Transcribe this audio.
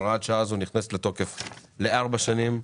הפעם הראשונה שהוראת השעה הזאת נכנסת לתוקף לארבע שנים,